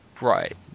Right